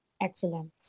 Excellent